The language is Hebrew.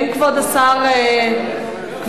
כבוד שר החינוך,